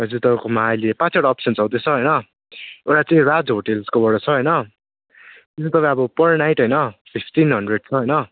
हजुर तपाईँकोमा अहिले पाँचवटा अप्सन चल्दैछ हैन एउटा चाहिँ राज होटल्सकोबाट छ हैन यसको तपाईँ अब पर नाइट हैन फिफ्टिन हन्ड्रेड छ हैन